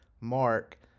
mark